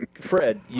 Fred